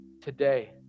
Today